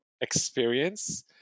experience